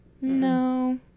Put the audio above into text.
no